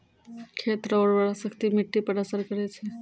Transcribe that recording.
खेत रो उर्वराशक्ति मिट्टी पर असर करै छै